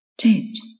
change